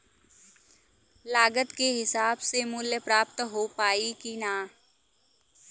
लागत के हिसाब से मूल्य प्राप्त हो पायी की ना?